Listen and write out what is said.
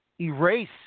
erase